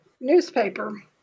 newspaper